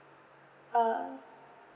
uh